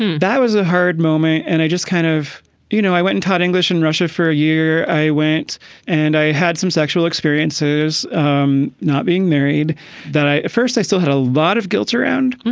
that was a hard moment. and i just kind of you know, i went in, taught english in russia for a year. i went and i had some sexual experiences um not being married that first i still had a lot of guilt around.